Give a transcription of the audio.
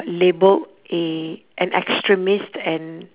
labelled a an extremist and